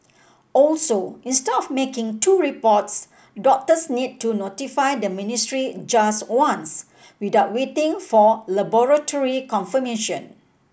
also instead of making two reports doctors need to notify the ministry just once without waiting for laboratory confirmation